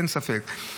אין ספק.